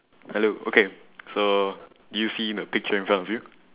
hello okay so do you see the picture in front of you